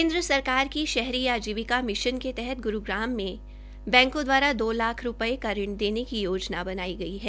केन्द्र सरकार की शहरी आजीविका मिशन के तहत ग्रूग्राम में बैंको द्वारा दो लाख रूपये का ऋण देने की योजना बनाई गई है